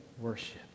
worship